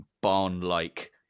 barn-like